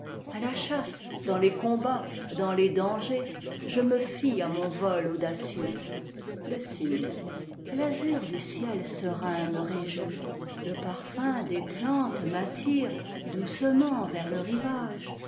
à la chasse dans les combats dans les dangers je me fie à mon vol audacieux le cygne l'azur du ciel serein me réjouit le parfum des plantes m'attire doucement vers le rivage